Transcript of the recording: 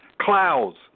Clouds